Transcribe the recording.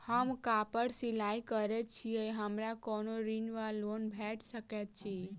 हम कापड़ सिलाई करै छीयै हमरा कोनो ऋण वा लोन भेट सकैत अछि?